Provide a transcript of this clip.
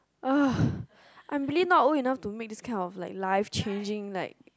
ugh I am really not old enough to make life changing like